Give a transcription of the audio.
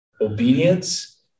obedience